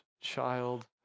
child